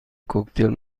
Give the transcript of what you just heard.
کوکتل